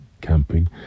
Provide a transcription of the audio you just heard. camping